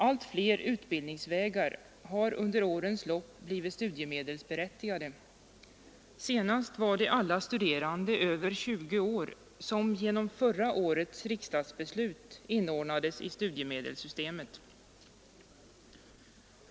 Allt fler utbildningsvägar har under årens lopp blivit studiemedelsberättigade. Senast var det alla studerande över 20 år som genom förra årets riksdagsbeslut inordnades i studiemedelssystemet.